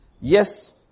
Yes